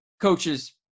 coaches